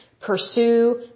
pursue